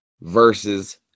versus